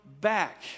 back